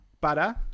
Butter